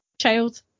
child